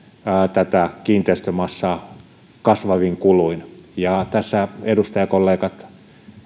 tätä kiinteistömassaa kasvavin kuluin tässä edustajakollegat